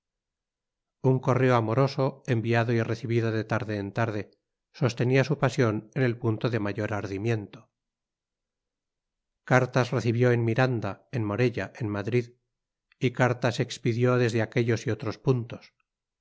un correo amoroso enviado y recibido de tarde en tarde sostenía su pasión en el punto de mayor ardimiento cartas recibió en miranda en morella en madrid y cartas expidió desde aquellos y otros puntos